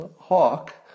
hawk